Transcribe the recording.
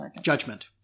Judgment